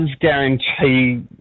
guarantee